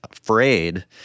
afraid